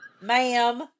Ma'am